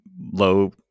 low